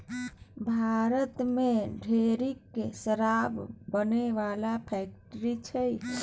भारत मे ढेरिक शराब बनाबै बला फैक्ट्री छै